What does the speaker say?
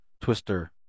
Twister